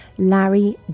Larry